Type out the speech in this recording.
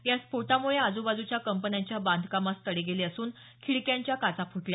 या स्फोटामुळे आजुबाजुच्या कंपन्यांच्या बांधकामास तडे गेले असून खिडक्यांच्या काचा फुटल्या